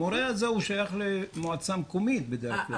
המורה הזה שייך למועצה מקומית בדרך כלל.